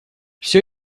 всё